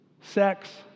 Sex